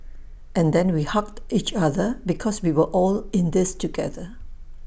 and then we hugged each other because we were all in this together